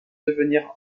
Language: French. devenir